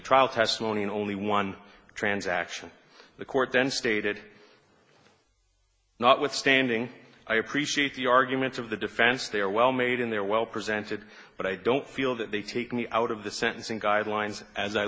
trial testimony in only one transaction the court then stated notwithstanding i appreciate the arguments of the defense they are well made and they're well presented but i don't feel that they take me out of the sentencing guidelines as i